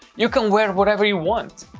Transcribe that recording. you can wear whatever you want.